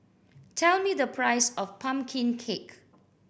tell me the price of pumpkin cake